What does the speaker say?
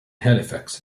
halifax